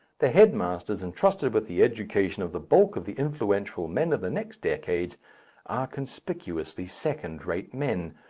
the headmasters entrusted with the education of the bulk of the influential men of the next decades are conspicuously second-rate men,